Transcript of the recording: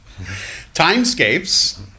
Timescapes